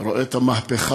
ורואה את המהפכה,